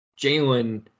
Jalen